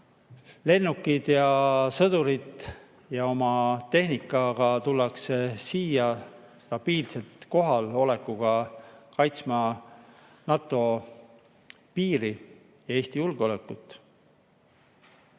lennukite ja sõdurite ja oma tehnikaga tullakse siia stabiilse kohalolekuga kaitsma NATO piiri ja Eesti julgeolekut. Täna